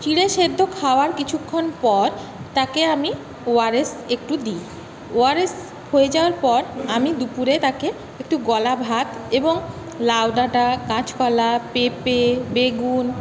চিঁড়ে সেদ্ধ খাওয়ার কিছুক্ষণ পর তাকে আমি ওআরএস একটু দিই ওআরএস হয়ে যাওয়ার পর আমি দুপুরে তাকে একটু গলা ভাত এবং লাউ ডাঁটা কাঁচকলা পেঁপে বেগুণ